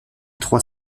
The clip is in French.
trois